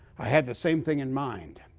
i had the same thing in mind.